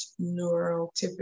neurotypical